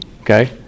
Okay